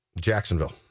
Jacksonville